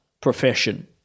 profession